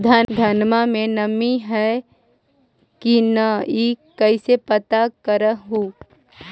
धनमा मे नमी है की न ई कैसे पात्र कर हू?